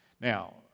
Now